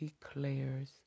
declares